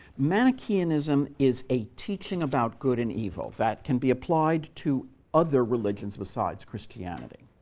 manicheanism is a teaching about good and evil that can be applied to other religions besides christianity.